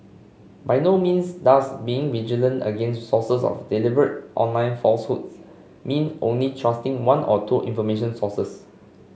by no means does being vigilant against sources of deliberate online falsehoods mean only trusting one or two information sources